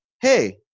Hey